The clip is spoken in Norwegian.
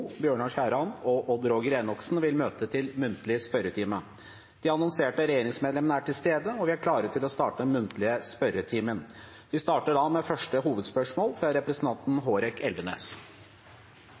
De annonserte regjeringsmedlemmene er til stede, og vi er klare til å starte den muntlige spørretimen. Vi starter da med første hovedspørsmål, fra representanten